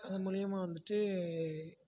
அதன் மூலயமா வந்துட்டு